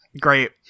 Great